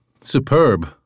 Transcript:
Superb